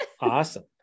Awesome